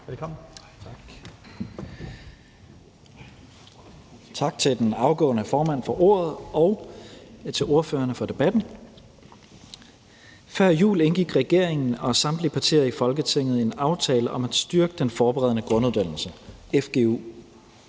Tak til den afgående formand for ordet og til ordførerne for debatten. Før jul indgik regeringen og samtlige partier i Folketinget en aftale om at styrke den forberedende grunduddannelse, fgu,